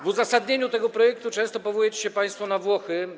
W uzasadnieniu tego projektu często powołujecie się państwo na Włochy.